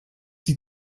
die